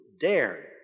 dared